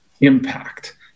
impact